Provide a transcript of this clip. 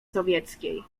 sowieckiej